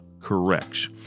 corrects